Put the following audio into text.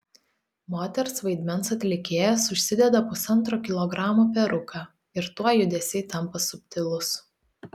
moters vaidmens atlikėjas užsideda pusantro kilogramo peruką ir tuoj judesiai tampa subtilūs